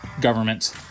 government